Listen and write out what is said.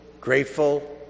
grateful